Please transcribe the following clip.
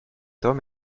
homme